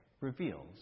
reveals